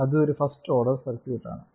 അത് ഒരു first order circuit ആണ്